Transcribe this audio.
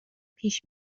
پیش